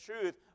truth